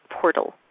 portal